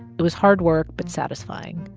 it was hard work but satisfying.